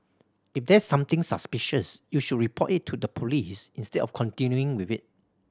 if there's something suspicious you should report it to the police instead of continuing with it